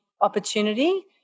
opportunity